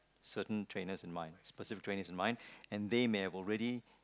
certain trainers in mind specific trainers in mind and they may have already